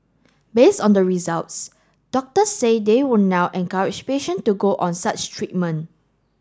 based on the results doctors say they will now encourage patient to go on such treatment